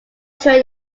train